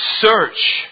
search